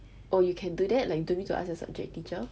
oh you can do that like don't need to ask your subject teacher